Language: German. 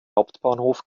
hauptbahnhof